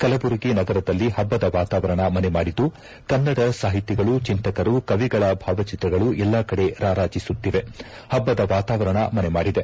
ಕಲಬುರಗಿ ನಗರದಲ್ಲಿ ಪಬ್ಬದ ವಾತಾವರಣ ಮನೆಮಾಡಿದ್ದು ಕನ್ನಡ ಸಾಹಿತಿಗಳು ಚಿಂತಕರು ಕವಿಗಳ ಭಾವಚಿತ್ರಗಳು ಎಲ್ಲಾ ಕಡೆ ರಾರಾಜಿಸುತ್ತಿವೆ ಹಬ್ಬದ ವಾತಾವರಣ ಮನೆಮಾಡಿದೆ